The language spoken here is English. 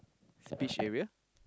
beach area